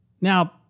Now